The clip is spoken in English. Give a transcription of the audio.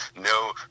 no